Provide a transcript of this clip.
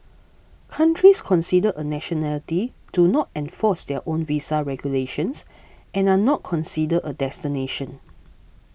countries considered a nationality do not enforce their own visa regulations and are not considered a destination